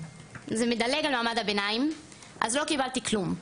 זה מדלג על מעמד הביניים אז לא קיבלתי כלום.